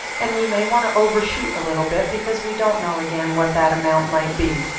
and we may want to overshoot a little bit because we don't know, again, what that amount might be.